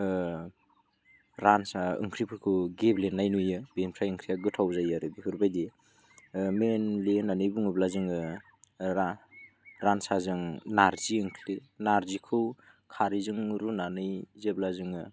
रानसा ओंख्रिफोरखौ गेब्लेनाय नुयो बेनिफ्राय ओंख्रिया गोथाव जायो आरो बेफोरबायदि मेनलि होननानै बुङोब्ला जोङो रानसाजों नारजि ओंख्रि नारजिखौ खारैजों रुनानै जेब्ला जोङो